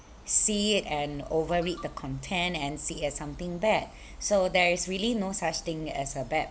see it and overread the content and see it as something bad so there's really no such thing as a bad